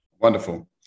Wonderful